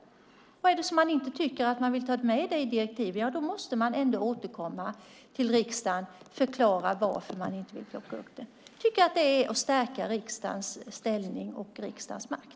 Är det så att regeringen inte tycker att man vill ta med det i ett direktiv måste den ändå återkomma till riksdagen och förklara varför man vill inte vill plocka upp det. Jag tycker att det är att stärka riksdagens ställning och riksdagens makt.